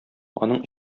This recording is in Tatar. аның